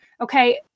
Okay